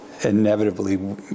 inevitably